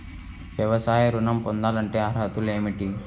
వ్యవసాయ ఋణం పొందాలంటే అర్హతలు ఏమిటి?